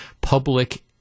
public